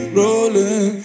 rolling